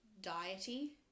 diety